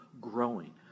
growing